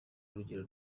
urugero